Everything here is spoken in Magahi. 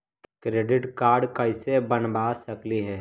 क्रेडिट कार्ड कैसे बनबा सकली हे?